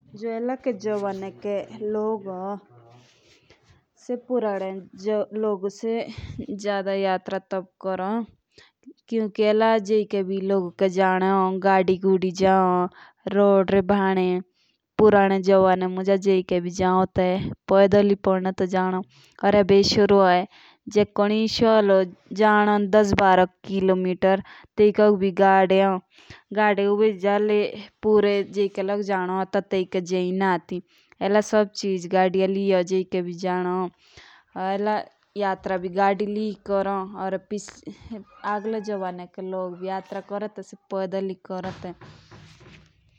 जो इला एक समय के लोग हों सो पुराने लोग जादा यात्रा टीबी कोरोन इला सब जगे गाड़ी जौन टीबी कोरोन इला के लोग जादा यात्रा। एला एसो रो होए कि कोइके भी जानो होलो गड़िया लेई जाओं या जे कोइके गाड़ी ना जाओं तो से तेइके दी से पोची जाओं आई।